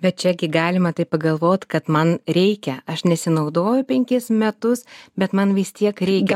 bet čia gi galima taip pagalvot kad man reikia aš nesinaudoju penkis metus bet man vis tiek reikia